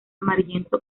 amarillento